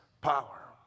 power